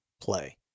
play